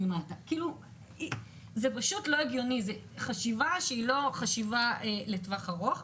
זה פשוט לא חשיבה לטווח ארוך.